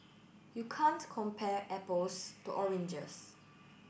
you can't compare apples to oranges